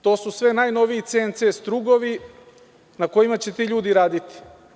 To su sve najnoviji CNC strugovi na kojima će ti ljudi raditi.